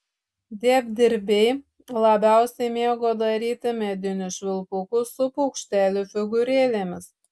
dievdirbiai labiausiai mėgo daryti medinius švilpukus su paukštelių figūrėlėmis